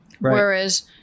Whereas